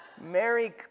Mary